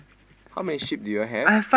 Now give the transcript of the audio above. how many sheep do you all have